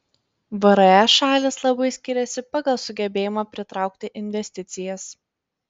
vre šalys labai skiriasi pagal sugebėjimą pritraukti investicijas